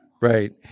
right